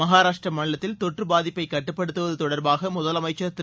மகாராஷ்டிர மாநிலத்தில் தொற்று பாதிப்பைக் கட்டுப்படுத்துவது தொடர்பாக முதலமைச்சர் திரு